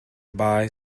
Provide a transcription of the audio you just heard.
buy